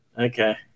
Okay